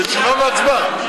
זו תשובה והצבעה.